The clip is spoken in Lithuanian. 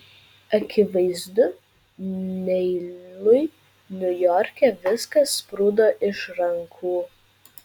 akivaizdu neilui niujorke viskas sprūdo iš rankų